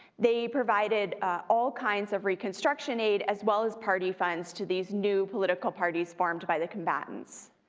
they provided all kinds of reconstruction aid as well as party funds to these new political parties formed by the combatants.